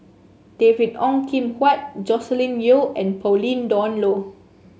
David Ong Kim Huat Joscelin Yeo and Pauline Dawn Loh